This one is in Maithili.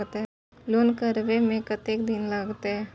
लोन करबे में कतेक दिन लागते?